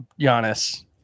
Giannis